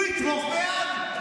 הוא יצביע בעד,